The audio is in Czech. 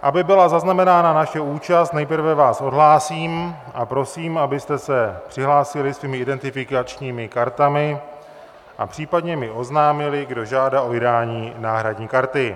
Aby byla zaznamenána naše účast, nejprve vás odhlásím a prosím, abyste se přihlásili svými identifikačními kartami a případně mi oznámili, kdo žádá o vydání náhradní karty.